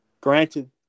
Granted